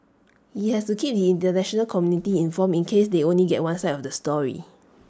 he has to keep International community informed in case they only get one side of the story